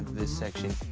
this section.